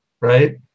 right